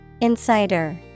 Insider